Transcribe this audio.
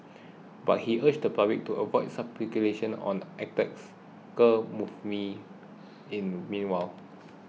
but he urged the public to avoid speculation on the attacker's motives in the meanwhile